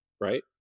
right